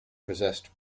possessed